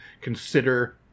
consider